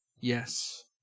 Yes